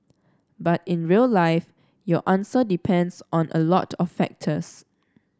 but in real life your answer depends on a lot of factors